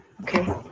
okay